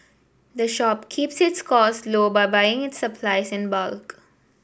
the shop keeps its cost low by buying its supplies in bulk